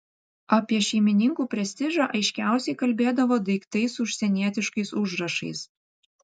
apie šeimininkų prestižą aiškiausiai kalbėdavo daiktai su užsienietiškais užrašais